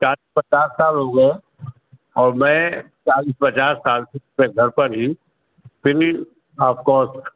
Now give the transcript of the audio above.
چالیس پچاس سال ہو گئے اور میں چالیس پچاس سال سے اپنے گھر پر ہی فری آف کسٹ